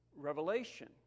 revelation